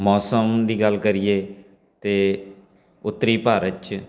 ਮੌਸਮ ਦੀ ਗੱਲ ਕਰੀਏ ਤਾਂ ਉੱਤਰੀ ਭਾਰਤ 'ਚ